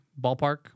ballpark